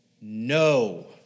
No